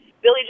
billy